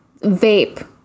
vape